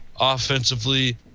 offensively